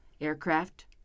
aircraft